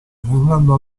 fernando